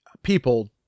people